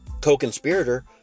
co-conspirator